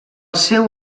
seu